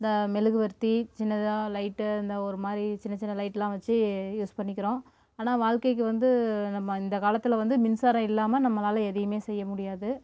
இந்த மெழுகுவர்த்தி சின்னதாக லைட்டு அந்த ஒரு மாதிரி சின்ன சின்ன லைட்டுலாம் வெச்சு யூஸ் பண்ணிக்கிறோம் ஆனால் வாழ்க்கைக்கு வந்து நம்ம இந்த காலத்தில் வந்து மின்சாரம் இல்லாமல் நம்மளால் எதையுமே செய்ய முடியாது